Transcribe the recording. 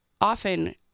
often